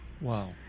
Wow